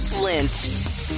Lynch